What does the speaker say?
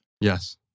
Yes